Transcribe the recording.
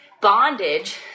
bondage